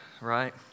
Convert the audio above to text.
right